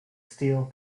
steel